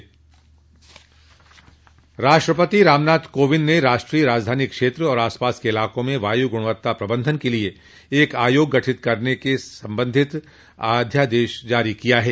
राष्ट्रपति रामनाथ कोविंद ने राष्ट्रीय राजधानी क्षेत्र और आसपास के इलाकों में वायु गुणवत्ता प्रबंधन के लिए एक आयोग गठित करने संबंधी अध्यादेश जारी किया है